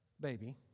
baby